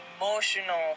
emotional